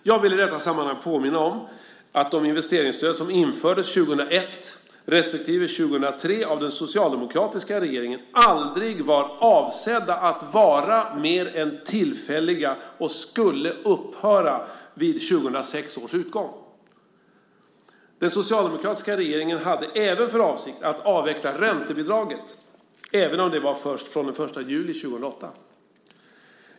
Jag vill i detta sammanhang påminna om att de investeringsstöd som infördes 2001 respektive 2003 av den socialdemokratiska regeringen aldrig var avsedda att vara mer än tillfälliga och skulle upphöra vid 2006 års utgång. Den socialdemokratiska regeringen hade även för avsikt att avveckla räntebidraget, även om det var först från den 1 juli 2008.